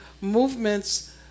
movements